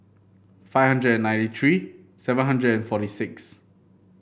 five hundred and ninety three seven hundred and forty six